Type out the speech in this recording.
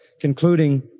concluding